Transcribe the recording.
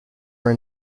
were